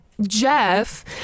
Jeff